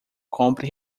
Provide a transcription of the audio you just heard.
compre